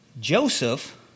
Joseph